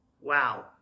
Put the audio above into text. Wow